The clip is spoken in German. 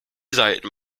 seiten